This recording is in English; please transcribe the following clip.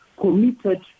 committed